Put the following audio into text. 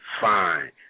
fine